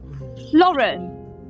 Lauren